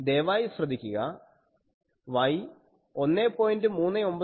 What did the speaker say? ദയവായി ശ്രദ്ധിക്കുക Y 1